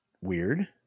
weird